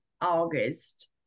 August